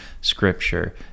scripture